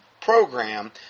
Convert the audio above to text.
program